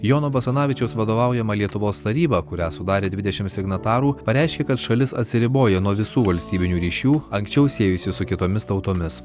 jono basanavičiaus vadovaujama lietuvos taryba kurią sudarė dvidešimt signatarų pareiškė kad šalis atsiribojo nuo visų valstybinių ryšių anksčiau siejusių su kitomis tautomis